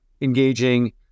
engaging